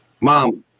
mom